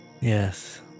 Yes